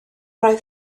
oedd